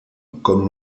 comme